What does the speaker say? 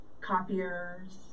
copiers